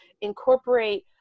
incorporate